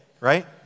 right